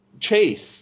chase